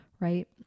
right